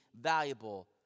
valuable